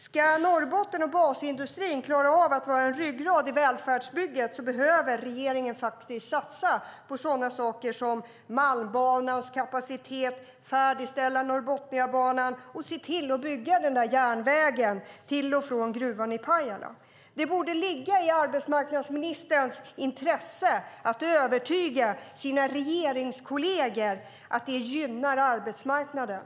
Ska Norrbotten och basindustrin klara av att vara en ryggrad i välfärdsbygget behöver regeringen satsa på Malmbanans kapacitet, färdigställa Norrbotniabanan och se till att bygga den där järnvägen till och från gruvan i Pajala. Det borde ligga i arbetsmarknadsministerns intresse att övertyga sina regeringskolleger om att detta gynnar arbetsmarknaden.